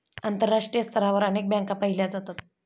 आंतरराष्ट्रीय स्तरावर अनेक बँका पाहिल्या जातात